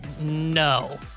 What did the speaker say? no